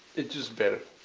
it's just better.